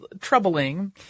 troubling